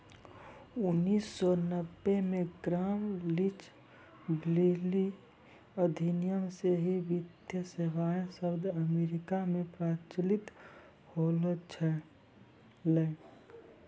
उन्नीस सौ नब्बे मे ग्राम लीच ब्लीली अधिनियम से ही वित्तीय सेबाएँ शब्द अमेरिका मे प्रचलित होलो छलै